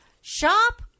shop